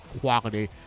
quality